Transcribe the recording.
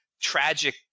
tragic